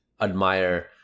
admire